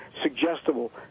suggestible